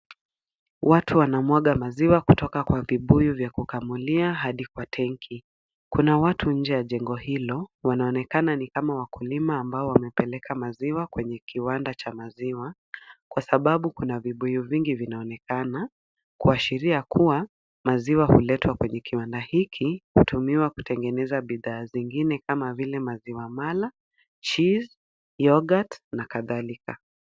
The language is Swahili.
Watu wanamwaga maziwa kutoka kwa vibuyu vya kukamulia hadi kwa tank . Kuna watu nje ya jengo hilo, wanaonekana ni kama wakulima ambao wamepeleka maziwa kwenye kiwanda cha maziwa, kwasababu kuna vibuyu vingi vinaonekana, kuashiria kuwa maziwa huletwa kwenye kiwanda hiki, hutumiwa kutengeneza bidhaa zingine kama vile maziwa mala, cheese , yoghurt na kadhalika.